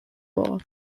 bowl